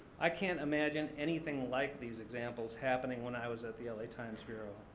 i can't imagine anything like these examples happening when i was at the la times bureau.